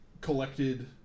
collected